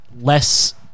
less